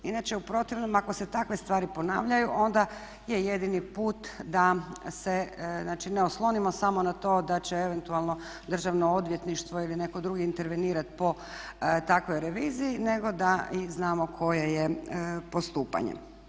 Inače u protivnom ako se takve stvari ponavljaju onda je jedini put da se znači ne oslonimo samo na to da će eventualno Državno odvjetništvo ili netko drugi intervenirati po takvoj reviziji nego da i znamo koje je postupanje.